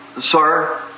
Sir